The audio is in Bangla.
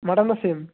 মাটনটা সেম